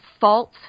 fault